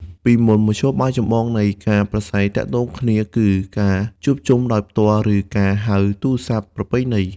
ពីមុន មធ្យោបាយចម្បងនៃការប្រាស្រ័យទាក់ទងគ្នាគឺ ការជួបជុំដោយផ្ទាល់ ឬ ការហៅទូរស័ព្ទប្រពៃណី។